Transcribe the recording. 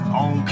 on